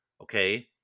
Okay